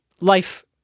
life